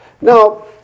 Now